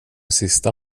sista